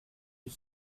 fut